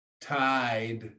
tide